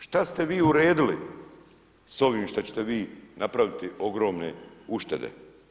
Šta ste vi uredili s ovim što ćete vi napraviti ogromne uštede?